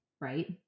right